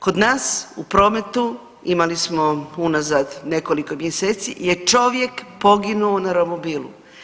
Kod nas u prometu imali smo unazad nekoliko mjeseci je čovjek poginuo na romobilu.